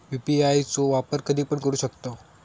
UPI चो वापर कधीपण करू शकतव?